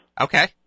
Okay